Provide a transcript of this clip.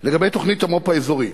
תוכנית המו"פ האזורי,